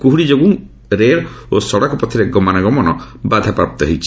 କୁହୁଡ଼ି ଯୋଗୁଁ ରେଳ ଓ ସଡ଼କ ପଥରେ ଗମନାଗମନ ବାଧାପ୍ରାପ୍ତ ହୋଇଛି